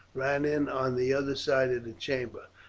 ran in on the other side of the chamber.